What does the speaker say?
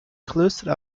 klöster